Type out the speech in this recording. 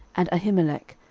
and ahimelech,